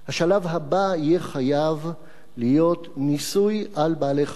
השלב הבא יהיה חייב להיות ניסוי על בעלי-חיים